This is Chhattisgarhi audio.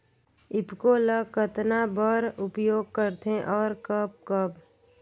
ईफको ल कतना बर उपयोग करथे और कब कब?